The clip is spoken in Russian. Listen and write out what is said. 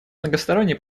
многосторонний